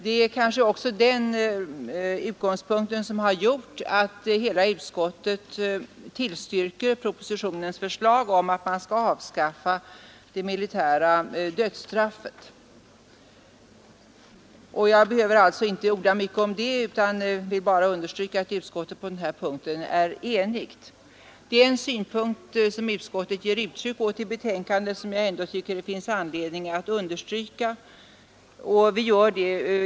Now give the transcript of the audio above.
Det är kanske också den utgångspunkten som har gjort att hela utskottet tillstyrker propositionens förslag om att man skall avskaffa det militära dödsstraffet. Jag behöver inte orda mycket om detta, utan vill bara understryka att utskottet på den punkten är enigt. Det är en synpunkt som utskottet ger uttryck åt i betänkandet som det finns anledning att understryka.